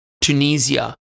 Tunisia